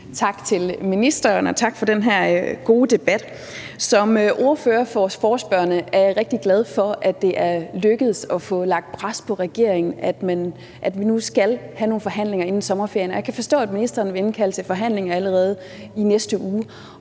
Tak til ministeren og tak for den her gode debat. Som ordfører for forespørgerne er jeg rigtig glad for, at det er lykkedes at få lagt pres på regeringen, og at vi nu skal have nogle forhandlinger inden sommerferien. Og jeg kan forstå, at ministeren vil indkalde til forhandlinger allerede i næste uge,